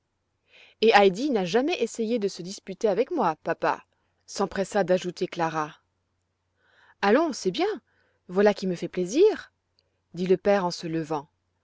et heidi n'a jamais essayé de se disputer avec moi papa s'empressa d'ajouter clara allons c'est bien voilà qui me fait plaisir dit le père en se levant